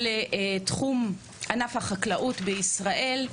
על תחום ענף החקלאות בישראל.